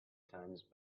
times